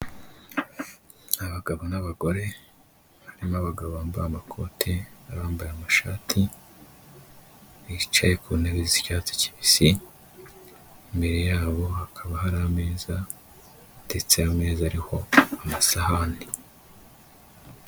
Abagabo n'abagore, harimo abagabo bambaye amakoti n'abambaye amashati, bicaye ku ntebe z'icyatsi kibisi, imbere yabo hakaba hari ameza ndetse ayo meza ariho amasahani.